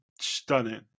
stunning